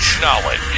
Knowledge